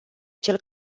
cel